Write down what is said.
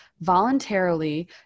voluntarily